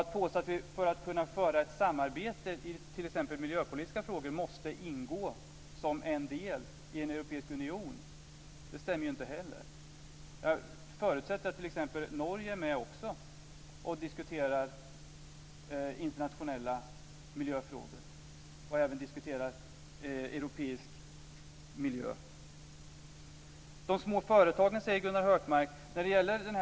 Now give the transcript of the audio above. Att påstå att vi för att kunna bedriva ett samarbete i t.ex. miljöpolitiska frågor måste ingå som en del i en europeisk union stämmer inte heller. Jag förutsätter att t.ex. Norge också är med och diskuterar internationella miljöfrågor och europeisk miljö. Gunnar Hökmark talar om de små företagen.